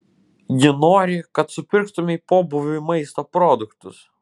ji nori kad supirktumei pobūviui maisto produktus